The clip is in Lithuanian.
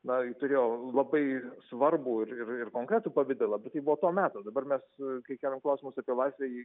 na ji turėjo labai svarbų ir ir konkretų pavidalą bet ji buvo to meto dabar mes su keliam klausimus apie laisvę